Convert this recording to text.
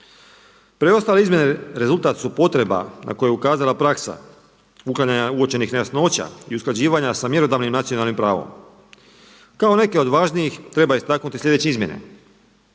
Preostale izmjene rezultat su potreba na koje je ukazala praksa uklanjanja uočenih nejasnoća i usklađivanja sa mjerodavnim nacionalnim pravom. Kao neke od važnijih treba istaknuti sljedeće izmjene.